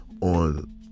on